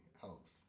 helps